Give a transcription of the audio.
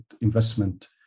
investment